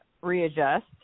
readjust